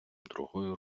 другою